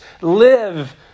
live